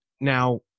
Now